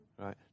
Right